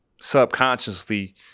subconsciously